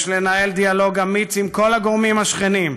יש לנהל דיאלוג אמיץ עם כל הגורמים השכנים,